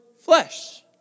flesh